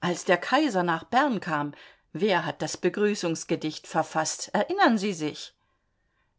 als der kaiser nach bern kam wer hat das begrüßungsgedicht verfaßt erinnern sie sich